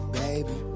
baby